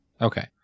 Okay